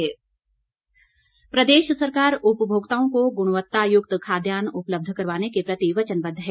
किशन कपूर प्रदेश सरकार उपभोक्ताओं को गुणवक्तायुक्त खाद्यान उपलब्ध करवानें के प्रति वचनबद्व है